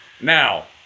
now